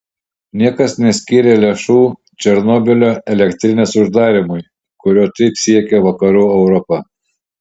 niekas neskyrė lėšų černobylio elektrinės uždarymui kurio taip siekia vakarų europa